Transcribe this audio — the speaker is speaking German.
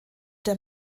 der